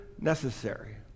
necessary